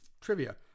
trivia